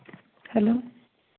hello